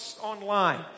online